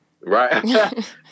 Right